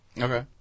Okay